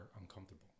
uncomfortable